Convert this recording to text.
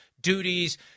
duties